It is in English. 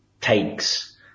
takes